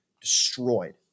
Destroyed